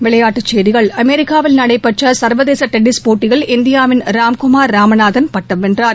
விளையாட்டுச் செய்திகள் அமெரிக்காவில் நடைபெற்ற சா்வதேச டென்னிஸ் போட்டியில் இந்தியாவின் ராம்குமா் ராமநாதன் பட்டம் வென்றார்